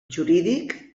jurídic